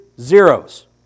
zeros